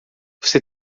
você